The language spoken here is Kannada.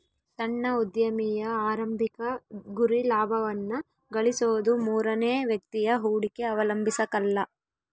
ಸಣ್ಣ ಉದ್ಯಮಿಯ ಆರಂಭಿಕ ಗುರಿ ಲಾಭವನ್ನ ಗಳಿಸೋದು ಮೂರನೇ ವ್ಯಕ್ತಿಯ ಹೂಡಿಕೆ ಅವಲಂಬಿಸಕಲ್ಲ